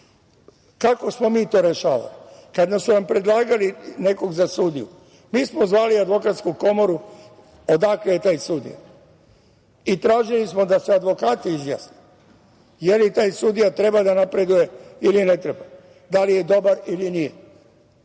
kako smo mi to rešavali. Kada su nam predlagali nekoga za sudiju, mi smo zvali Advokatsku komoru odakle je taj sudija, i tražili smo da se advokati izjasne, da li taj sudija treba da napreduje ili ne treba, da li je dobar ili nije